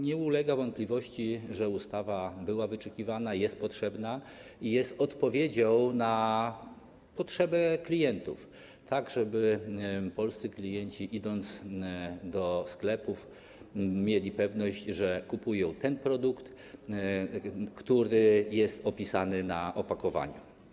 Nie ulega wątpliwości, że ustawa była wyczekiwana, jest potrzebna i jest odpowiedzią na potrzeby klientów, tak żeby polscy klienci, idąc do sklepów, mieli pewność, że kupują ten produkt, który jest opisany na opakowaniu.